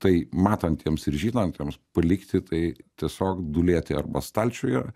tai matantiems ir žinantiems palikti tai tiesiog dūlėti arba stalčiuje